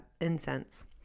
incense